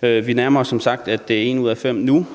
Vi nærmer os nu som sagt, at det er en ud af fem.